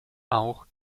auch